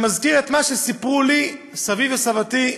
זה מזכיר את מה שסיפרו לי סבי וסבתי,